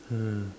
!huh!